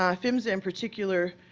um phmsa in particular,